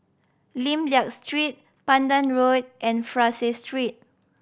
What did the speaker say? Lim Liak Street Pandan Road and Fraser Street